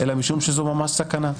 אלא משום שזו ממש סכנה.